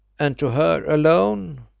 and to her alone?